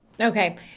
Okay